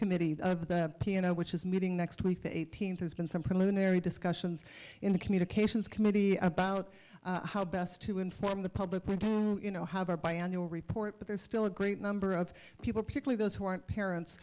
subcommittee of the piano which is meeting next week the eighteenth there's been some preliminary discussions in the communications committee about how best to inform the public you know how far beyond your report but there's still a great number of people particularly those who aren't parents